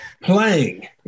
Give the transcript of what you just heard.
Playing